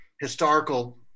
historical